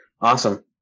Awesome